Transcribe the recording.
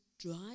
dry